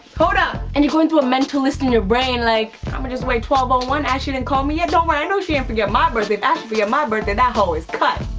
hold up. and you're going through a mental list in your brain like, i'ma just wait, twelve one ashley didn't call me yet. don't worry, i know she ain't forget my birthday. if ashley forget my birthday, that ho is cut.